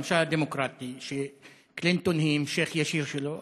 הממשל הדמוקרטי שקלינטון היא המשך ישיר שלו,